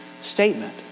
statement